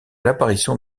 l’apparition